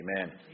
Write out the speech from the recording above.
Amen